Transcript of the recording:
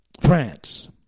France